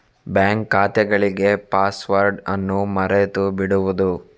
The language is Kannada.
ಬ್ಯಾಂಕ್ ಖಾತೆಗಳಿಗೆ ಪಾಸ್ವರ್ಡ್ ಅನ್ನು ಮರೆತು ಬಿಡುವುದು